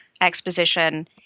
exposition